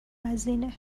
وزینه